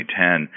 2010